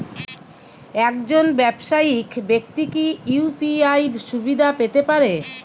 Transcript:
একজন ব্যাবসায়িক ব্যাক্তি কি ইউ.পি.আই সুবিধা পেতে পারে?